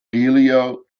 giulio